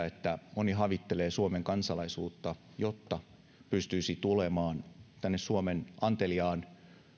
että moni havittelee suomen kansalaisuutta jotta pystyisi tulemaan tänne suomen anteliaan